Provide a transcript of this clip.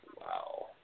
Wow